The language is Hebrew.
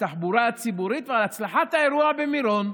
התחבורה הציבורית ועל הצלחת האירוע במירון.